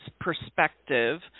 perspective –